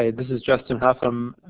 ah this is justin hougham.